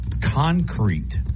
concrete